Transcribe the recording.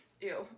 Ew